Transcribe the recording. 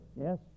Yes